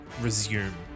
resume